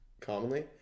commonly